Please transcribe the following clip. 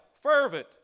fervent